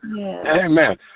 Amen